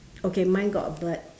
okay mine got a bird